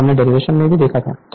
हमने डेरिवेशन में भी देखी है